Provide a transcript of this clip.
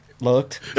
looked